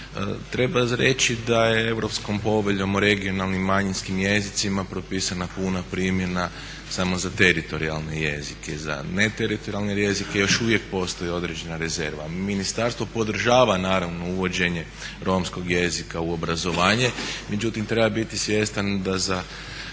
treba reći da je Europskom poveljom o regionalnim manjinskim jezicima propisana puna primjena samo za teritorijalne jezike, za neteritorijalne jezike još uvijek postoji određena rezerva. Ministarstvo podržava naravno uvođenje romskog jezika u obrazovanje međutim treba biti svjestan da za